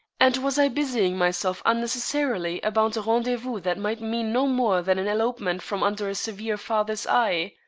and was i busying myself unnecessarily about a rendezvous that might mean no more than an elopement from under a severe father's eye?